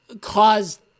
caused